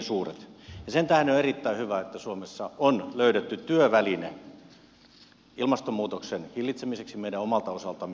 sen tähden on erittäin hyvä että suomessa on löydetty työväline ilmastonmuutoksen hillitsemiseksi meidän omalta osaltamme